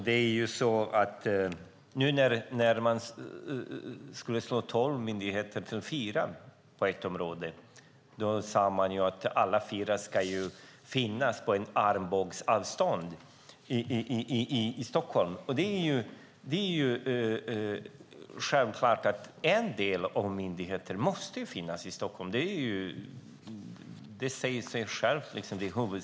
Fru talman! När man skulle slå ihop tolv myndigheter till fyra på ett område sade man att alla fyra ska finnas inom armbågsavstånd i Stockholm. Självklart måste en del myndigheter finnas i Stockholm. Det säger sig självt.